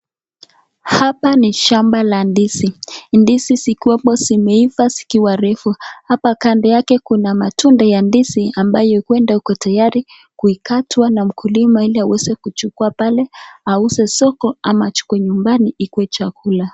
Hapa ni shamba la ndizi zikiwa hapo zimeiva zikiwa refu. Kando kuna matunda ya ndizi amabayo huenda iko tayari kuikatwa na mkulima ili aweze kuchukua auze soko ama achukue nyumbani ikue chakula.